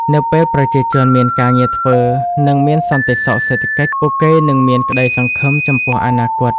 នៅពេលប្រជាជនមានការងារធ្វើ និងមានសន្តិសុខសេដ្ឋកិច្ច ពួកគេនឹងមានក្តីសង្ឃឹមចំពោះអនាគត។